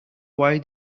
why